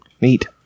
Neat